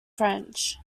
french